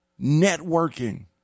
networking